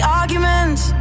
arguments